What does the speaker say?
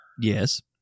yes